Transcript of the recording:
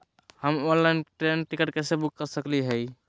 हम online train ticket कैसे book कर सकली हई?